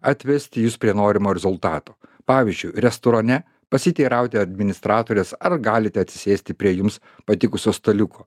atvesti jus prie norimo rezultato pavyzdžiui restorane pasiteirauti administratorės ar galite atsisėsti prie jums patikusio staliuko